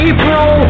April